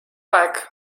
aeg